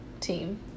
team